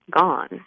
gone